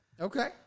okay